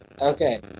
Okay